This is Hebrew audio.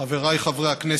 חבריי חברי הכנסת,